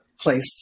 place